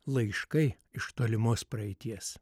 laiškai iš tolimos praeities